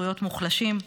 זכויות מוחלשים.